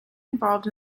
involved